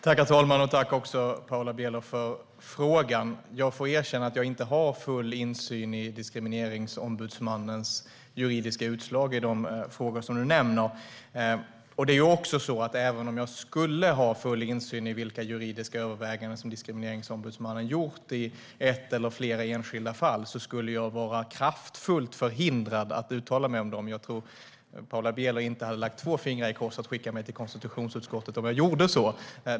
Herr talman! Jag tackar Paula Bieler för frågan. Jag får erkänna att jag inte har full insyn i Diskrimineringsombudsmannens juridiska utslag i de frågor Paula Bieler nämner. Även om jag skulle ha full insyn i vilka juridiska överväganden som Diskrimineringsombudsmannen gjort i ett eller flera enskilda fall skulle jag vara kraftfullt förhindrad att uttala mig om dem. Paula Bieler hade nog inte dragit sig för att skicka mig till konstitutionsutskottet om jag gjorde det.